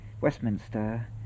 Westminster